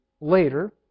later